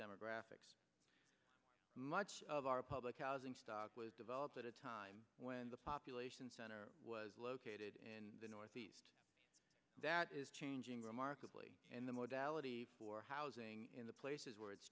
demographics much of our public housing stock was developed at a time when the population center was located in the northeast that is changing remarkably and the mortality for housing in the places where it's